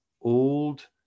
old